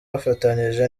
bafatanyije